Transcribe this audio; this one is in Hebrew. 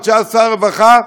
עוד כשהיה שר הרווחה,